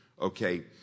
Okay